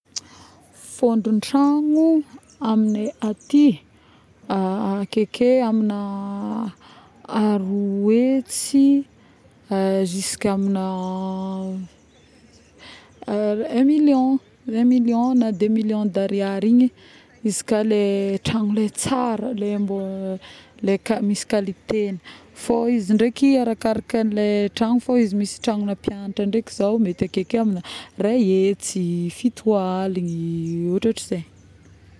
Fôndron-tragno aminay aty ˂hesitation˃ akeke amina aroahetsy ziska ˂hesitation˃ un million, un million na deux million d'ariary igny izy ka le tragno le tsara le mbô misy le misy qualité, fô izy ndraiky arakaraka le tragno fô izy misy tragnona-mpianatra ndraiky zao mety akeke amin'ny iray hetsy, fito aligny ôtrôtrizay